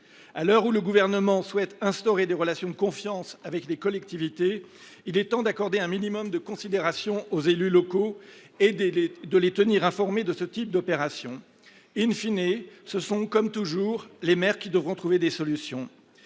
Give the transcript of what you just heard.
de presse ! Le Gouvernement prétend vouloir instaurer des relations de confiance avec les collectivités. Aussi, il est temps d’accorder un minimum de considération aux élus locaux et de les tenir informés de ce type d’opérations., ce sont, comme toujours, les maires qui devront trouver des solutions.